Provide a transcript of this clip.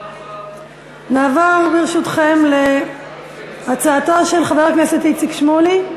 נעבור, ברשותכם, להצעתו של חבר הכנסת איציק שמולי: